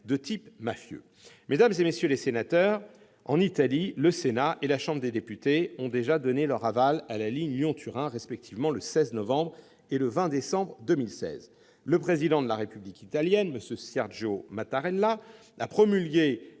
de type mafieux. En Italie, le Sénat et la Chambre des députés ont déjà donné leur aval à la ligne Lyon-Turin, respectivement le 16 novembre et le 20 décembre 2016. Le Président de la République italienne, M. Sergio Mattarella, a promulgué